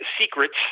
secrets